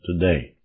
today